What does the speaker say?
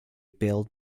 built